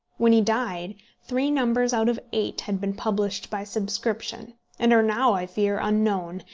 when he died, three numbers out of eight had been published by subscription and are now, i fear, unknown,